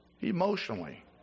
emotionally